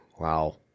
Wow